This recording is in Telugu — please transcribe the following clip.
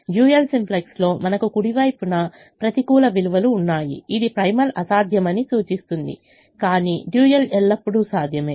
డ్యూయల్ సింప్లెక్స్లో మనకు కుడి వైపున ప్రతికూల విలువలు ఉన్నాయి ఇది ప్రైమల్ అసాధ్యమని సూచిస్తుంది కాని డ్యూయల్ ఎల్లప్పుడూ సాధ్యమే